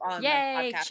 Yay